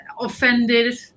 offended